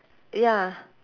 ya